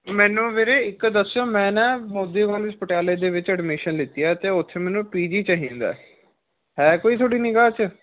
ਮੈਨੂੰ ਵੀਰੇ ਇੱਕ ਦੱਸਿਓ ਮੈਂ ਨਾ ਮੋਦੀ ਕੋਲਜ ਪਟਿਆਲੇ ਦੇ ਵਿੱਚ ਐਡਮਿਸ਼ਨ ਲਿੱਤੀ ਹੈ ਅਤੇ ਉੱਥੇ ਮੈਨੂੰ ਪੀ ਜੀ ਚਾਹੀਦਾ ਹੈ ਕੋਈ ਤੁਹਾਡੀ ਨਿਗਾਹ 'ਚ